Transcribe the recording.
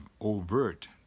overt